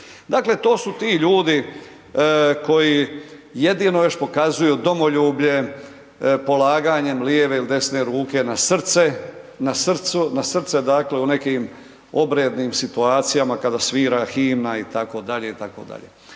Dakle, to su ti ljudi koji jedino još pokazuju domoljublje polaganjem lijeve ili desne ruke na srce, na srce dakle u nekim obrednim situacijama kada svira himna itd., itd.